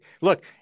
look